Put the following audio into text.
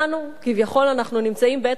כביכול אנחנו נמצאים בעת רגיעה,